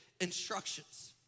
instructions